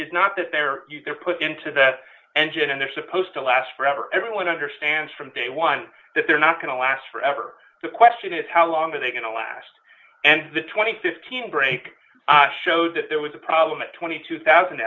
is not that they're they're put into that engine and they're supposed to last forever everyone understands from day one that they're not going to last forever the question is how long are they going to last and the two thousand and fifteen break shows if there was a problem at twenty two thousand